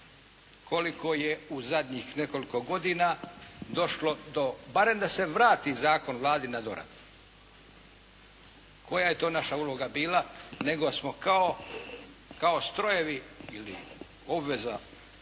koliko je u zadnjih nekoliko godina došlo do, barem da se vrati zakon Vladi na doradu. Koja je to naša uloga bila, nego smo kao strojevi ili obveza